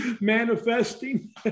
manifesting